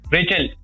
Rachel